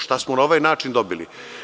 Šta smo na ovaj način dobili?